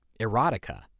erotica